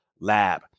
Lab